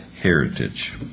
heritage